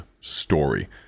story